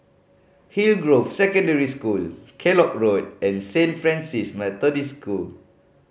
Hillgrove Secondary School Kellock Road and Saint Francis Methodist School